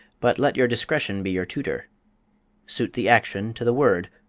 but let your discretion be your tutor suit the action to the word,